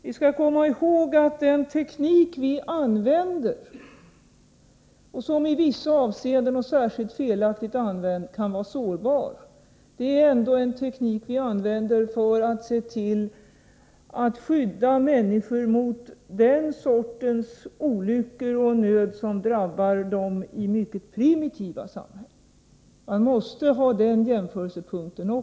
Vi skall komma ihåg att den teknik vi använder — som i vissa avseenden, och särskilt felaktigt använd, kan vara sårbar — ändå brukas för att skydda människor mot den sorts olyckor och nöd som drabbar människor i mycket primitiva samhällen. Man måste ha den jämförelsepunkten.